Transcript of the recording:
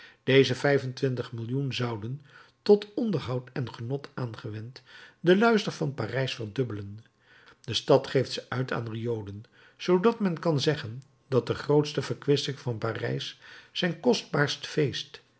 deze vijf-en-twintig millioen zouden tot onderhoud en genot aangewend den luister van parijs verdubbelen de stad geeft ze uit aan riolen zoodat men kan zeggen dat de grootste verkwisting van parijs zijn kostbaarst feest